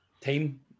team